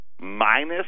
minus